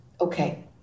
Okay